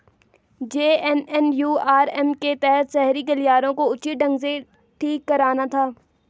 JNNURM के तहत शहरी गलियारों को उचित ढंग से ठीक कराना था